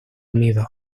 unidos